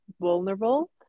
vulnerable